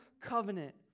covenant